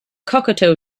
cocteau